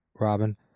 robin